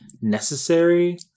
necessary